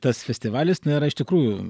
tas festivalis na yra iš tikrųjų